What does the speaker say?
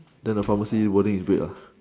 then the pharmacy wording is red lah